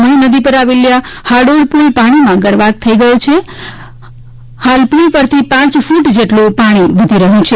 મહી નદી પર આવેલ હાડોળ પુલ પાણીમાં ગરકાવ થઈ ગયો છે હાલ પુલ પરથી પાંચ ફૂટ જેટલું પાણી વહી રહ્યું છે